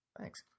Thanks